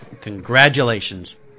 congratulations